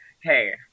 hey